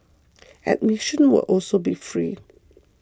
admission will also be free